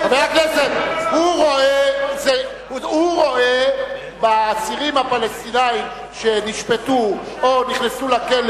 הוא רואה באסירים הפלסטינים שנשפטו או נכנסו לכלא